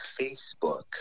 Facebook